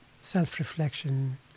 self-reflection